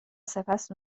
سپس